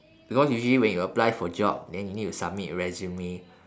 because usually when you apply for job then you need to submit resume